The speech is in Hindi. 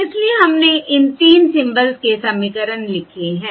इसलिए हमने इन 3 सिंबल्स के समीकरण लिखे हैं